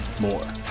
more